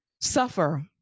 suffer